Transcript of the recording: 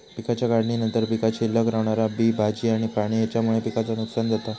पिकाच्या काढणीनंतर पीकात शिल्लक रवणारा बी, भाजी आणि पाणी हेच्यामुळे पिकाचा नुकसान जाता